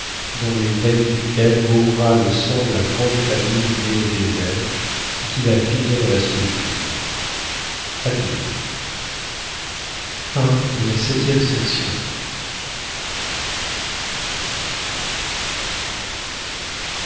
dans les veines duquel mourra le sang de la grande famille née au désert et qui va finir dans la solitude adieu